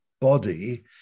body